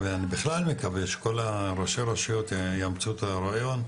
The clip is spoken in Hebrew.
אני בכלל מקווה שכל ראשי הרשויות יאמצו את הרעיון,